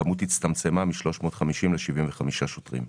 הכמות הצטמצמה מ-350 ל-75 שוטרים.